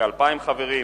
כ-2,000 חברים,